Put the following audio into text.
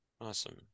Awesome